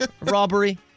robbery